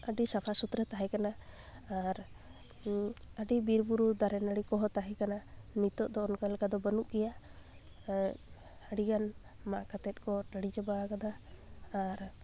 ᱟᱹᱰᱤ ᱥᱟᱯᱷᱟ ᱥᱩᱛᱨᱟᱹ ᱛᱟᱦᱮᱸᱠᱟᱱᱟ ᱟᱨ ᱟᱹᱰᱤ ᱵᱤᱨ ᱵᱩᱨᱩ ᱫᱟᱨᱮ ᱱᱟᱲᱤ ᱠᱚᱦᱚᱸ ᱛᱟᱦᱮᱸᱠᱟᱱᱟ ᱱᱤᱛᱳᱜ ᱫᱚ ᱚᱱᱠᱟ ᱞᱮᱠᱟ ᱫᱚ ᱵᱟᱹᱱᱩᱜ ᱜᱮᱭᱟ ᱟᱹᱰᱤᱜᱟᱱ ᱢᱟᱜ ᱠᱟᱛᱮᱫ ᱠᱚ ᱴᱟᱺᱬᱤ ᱪᱟᱵᱟ ᱟᱠᱟᱫᱟ ᱟᱨ